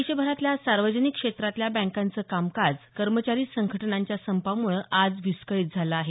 देशभरातील सार्वजनिक क्षेत्रातील बँकांचं कामकाज कर्मचारी संघटनांच्या संपामुळं आज विस्कळित झालं आहे